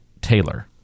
Taylor